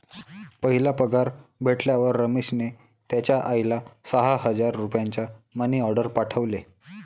पहिला पगार भेटल्यावर रमेशने त्याचा आईला सहा हजार रुपयांचा मनी ओर्डेर पाठवले